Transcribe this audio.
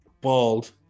Bald